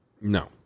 no